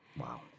Wow